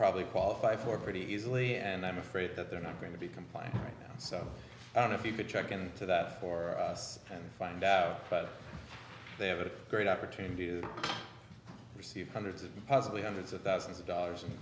probably qualify for pretty easily and i'm afraid that they're not going to be complying so i don't know if you can check into that for us and find out but they have a great opportunity to receive hundreds of possibly hundreds of thousands of dollars in